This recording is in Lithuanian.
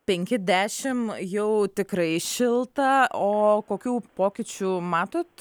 penki dešim jau tikrai šilta o kokių pokyčių matot